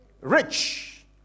rich